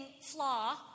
flaw